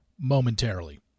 momentarily